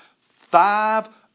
five